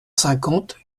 cinquante